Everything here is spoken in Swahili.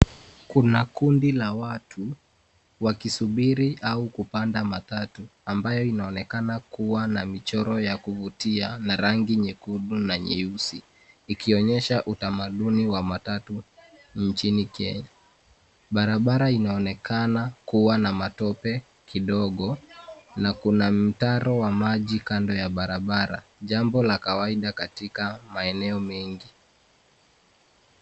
Kuna kundi la watu wakisubiri au kupanda matatu ambayo inaonekana kuwa na michoro ya kuvutia na rangi nyekundu na nyeusi ikionyesha utamaduni wa matatu nchini Kenya. Barabara inaonekana kuwa na matope kidogo na kuna mtaro wa maji kando ya barabara, jambo la kawaida katika maeneo mengi.